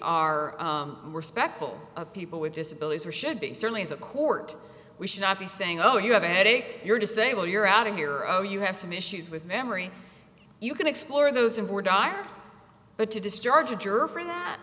are respectful of people with disabilities or should be certainly as a court we should not be saying oh you have a headache you're disabled you're out of here oh you have some issues with memory you can explore those and were direct but to discharge a jerk for th